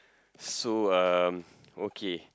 so um okay